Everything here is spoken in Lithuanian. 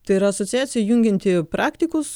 tai yra asociacija jungianti praktikus